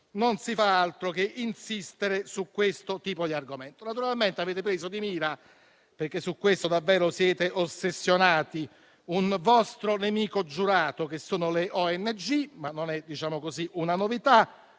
non si fa altro che insistere su questo tipo di argomento. Naturalmente, avete preso di mira - perché ne siete davvero ossessionati - un vostro nemico giurato, che sono le ONG, ma non è una novità.